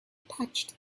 touched